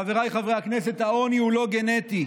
חבריי חברי הכנסת, העוני הוא לא גנטי,